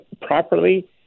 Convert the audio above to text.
properly